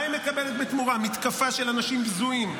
מתקפה של אנשים בזויים,